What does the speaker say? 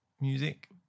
music